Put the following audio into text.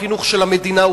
החינוך של המדינה,